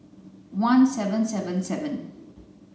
one seven seven seven